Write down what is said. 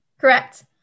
Correct